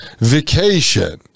vacation